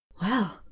Well